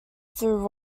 through